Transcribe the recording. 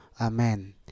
Amen